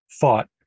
thought